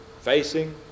facing